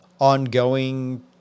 ongoing